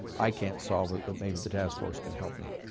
i can't solve it, but maybe the task force can help me.